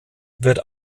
wird